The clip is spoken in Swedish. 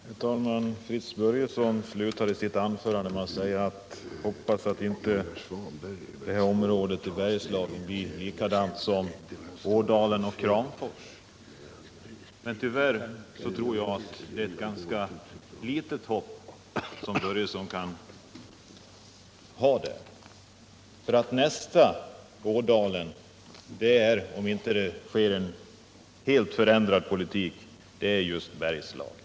Herr talman! Fritz Börjesson slutade sitt anförande med att uttala förhoppningen att det inte skall bli likadant med Bergslagen som med Ådalen och Kramfors. Tyvärr tror jag att det är ett ganska litet hopp som herr Börjesson kan hysa därvidlag. Nästa Ådalen är, om det inte förs en helt förändrad politik, just Bergslagen.